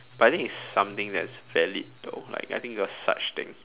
but I think it's something that is valid though like I think there was such thing